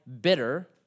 bitter